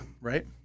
Right